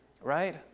Right